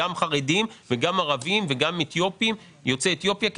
גם חרדים וגם ערבים וגם יוצאי אתיופיה,